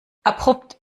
abrupt